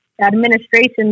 administration